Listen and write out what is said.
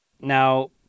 now